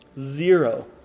Zero